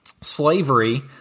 slavery